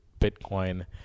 Bitcoin